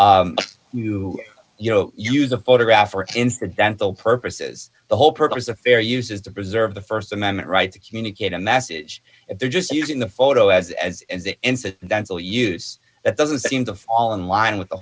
know use a photograph or incidental purposes the whole purpose of fair use is to preserve the st amendment right to communicate a message if they're just using the photo as an incidental use that doesn't seem to fall in line with the